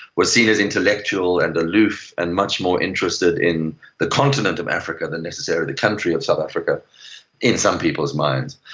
was seen as intellectual and aloof and much more interested in the continent of africa than necessarily the country of south africa in some people's minds.